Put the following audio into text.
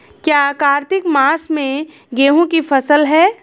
क्या कार्तिक मास में गेहु की फ़सल है?